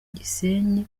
gisenyi